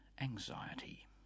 Anxiety